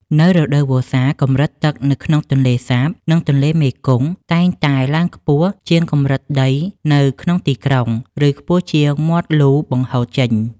នៅរដូវវស្សា កម្រិតទឹកនៅក្នុងទន្លេសាប និងទន្លេមេគង្គតែងតែឡើងខ្ពស់ជាងកម្រិតដីនៅក្នុងទីក្រុង ឬខ្ពស់ជាងមាត់លូបង្ហូរចេញ។